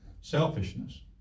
selfishness